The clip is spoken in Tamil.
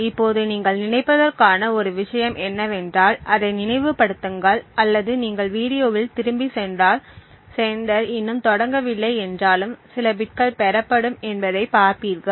இப்போது நீங்கள் நினைப்பதற்கான ஒரு விஷயம் என்னவென்றால் அதை நினைவுபடுத்துங்கள் அல்லது நீங்கள் வீடியோவில் திரும்பிச் சென்றால் செண்டர் இன்னும் தொடங்கவில்லை என்றாலும் சில பிட்கள் பெறப்படும் என்பதைப் பார்ப்பீர்கள்